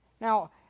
Now